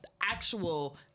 actual